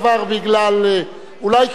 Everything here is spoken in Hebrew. אולי כדאי,